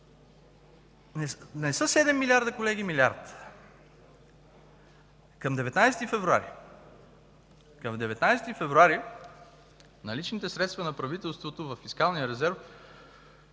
не са 7 милиарда, колеги, а милиард. Към 19 февруари 2015 г. наличните средства на правителството във фискалния резерв